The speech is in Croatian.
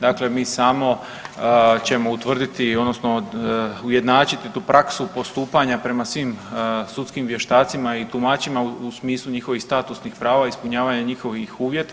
Dakle, mi samo ćemo utvrditi odnosno ujednačiti tu praksu postupanja prema svim sudskim vještacima i tumačima u smislu njihovih statusnih prava, ispunjavanje njihovih uvjeta.